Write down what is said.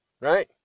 right